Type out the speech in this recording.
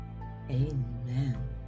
amen